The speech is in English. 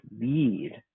lead